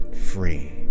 free